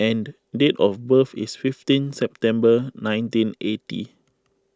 and date of birth is fifteen September nineteen eighty